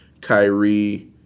Kyrie